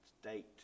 state